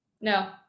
no